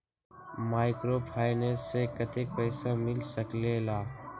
Microfinance से कतेक पैसा मिल सकले ला?